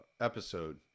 episode